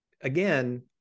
again